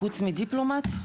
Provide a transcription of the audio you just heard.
חוץ מדיפלומט,